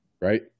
Right